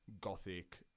Gothic